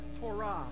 Torah